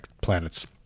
planets